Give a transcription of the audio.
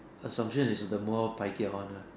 assumption is the more Pai Kia one lah